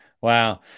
wow